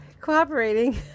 cooperating